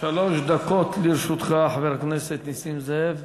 שלוש דקות לרשותך, חבר הכנסת נסים זאב.